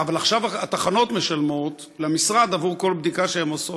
אבל עכשיו התחנות משלמות למשרד עבור כל בדיקה שהן עושות.